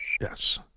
Yes